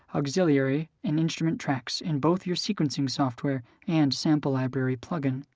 auxiliary, and instrument tracks in both your sequencing software and sample library plug-in.